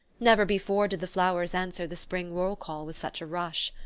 never before did the flowers answer the spring roll-call with such a rush!